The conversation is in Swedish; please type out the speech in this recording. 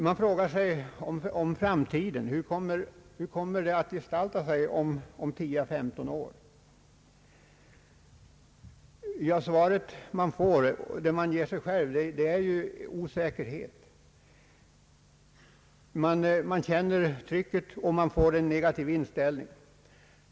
Man frågar sig hur framtiden kommer att gestalta sig om 10—135 år. Det svar man ger sig själv är att den är oviss och osäker. Man känner trycket och får en negativ inställning.